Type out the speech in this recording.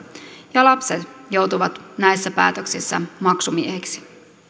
ja lapset joutuvat näissä päätöksissä maksumiehiksi